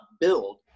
build